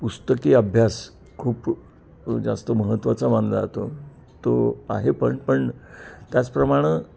पुस्तकी अभ्यास खूप जास्त महत्त्वाचा मानला जातो तो आहे पण पण त्याचप्रमाणं